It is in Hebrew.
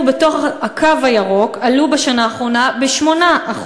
בתוך הקו הירוק עלו בשנה האחרונה ב-8%.